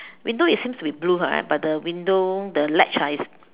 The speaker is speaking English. window it seems to be blue correct but the window the ledge ah is